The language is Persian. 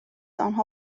آنها